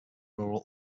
rural